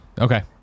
okay